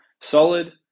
Solid